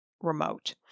remote